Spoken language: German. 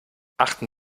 achten